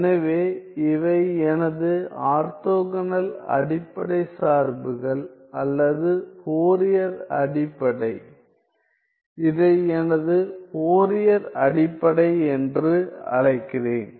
எனவே இவை எனது ஆர்த்தோகனல் அடிப்படை சார்புகள் அல்லது ஃபோரியர் அடிப்படை இதை எனது ஃபோரியர் அடிப்படை என்று அழைக்கிறேன்